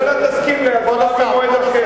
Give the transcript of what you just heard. הממשלה תסכים לדחייה.